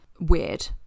weird